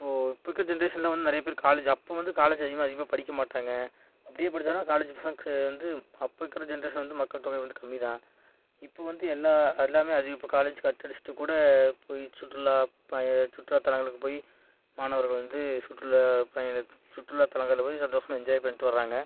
இப்போது இப்போ இருக்கிற ஜென்ரேஷனெலாம் வந்து நிறையா பேர் காலேஜு அப்போ வந்து காலேஜு அதிகமாக அதிகமாக படிக்க மாட்டாங்க அப்படியே படித்தாலும் காலேஜு பசங்கள் சேர்ந்து அப்போ இருக்கிற ஜென்ரேஷன் வந்து மக்கள் தொகை வந்துட்டு கம்மி தான் இப்போ வந்து எல்லா எல்லாமே அதிகம் இப்போ காலேஜ் கட்டடிச்சுட்டு கூட போய் சுற்றுலா பய சுற்றுலா தலங்களுக்கு போய் மாணவர்கள் வந்து சுற்றுலா பயணிகள் சுற்றுலா தலங்களில் போய் சந்தோஷமாக என்ஜாய் பண்ணிட்டு வர்றாங்க